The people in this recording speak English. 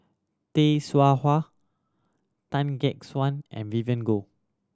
Tay Seow Huah Tan Gek Suan and Vivien Goh